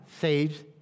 saves